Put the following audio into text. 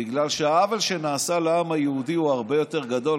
בגלל שהעוול שנעשה לעם היהודי הוא הרבה יותר גדול,